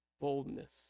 boldness